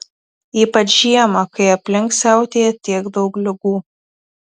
ypač žiemą kai aplinkui siautėja tiek daug ligų